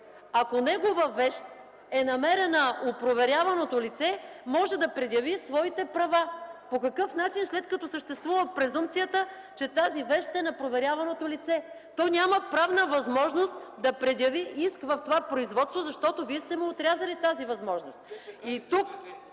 ако негова вещ е намерена у проверяваното лице, може да предяви своите права? По какъв начин, след като съществува презумпцията, че тази вещ е на проверяваното лице? То няма правна възможност да предяви иск в това производство, защото Вие сте му отрязали тази възможност!